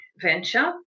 venture